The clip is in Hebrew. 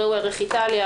ראו ערך איטליה,